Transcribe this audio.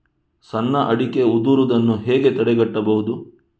ಸಣ್ಣ ಅಡಿಕೆ ಉದುರುದನ್ನು ಹೇಗೆ ತಡೆಗಟ್ಟಬಹುದು?